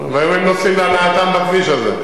נו, והיום הם נוסעים להנאתם בכביש הזה.